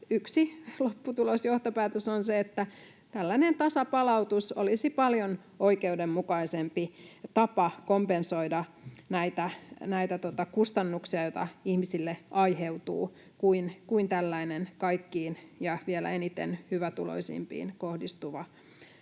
yksi lopputulos, johtopäätös, on se, että tällainen tasapalautus olisi paljon oikeudenmukaisempi tapa kompensoida näitä kustannuksia, joita ihmisille aiheutuu, kuin tällainen kaikkiin ja vielä eniten hyvätuloisimpiin kohdistuva